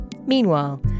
Meanwhile